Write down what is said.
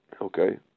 Okay